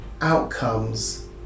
outcomes